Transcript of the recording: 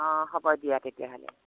অঁ হ'ব দিয়া তেতিয়াহ'লে